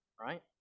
right